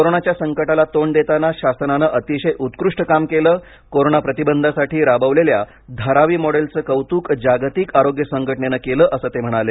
कोरोनाच्या संकटाला तोंड देताना शासनाने अतिशय उत्कृष्ट काम केलं कोरोना प्रतिबंधासाठी राबवलेल्या धारावी मॉडेल चं कौतूक जागतिक आरोग्य संघटनेनं केलं असं ते म्हणाले